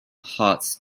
hearts